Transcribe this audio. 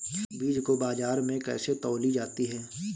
बीज को बाजार में कैसे तौली जाती है?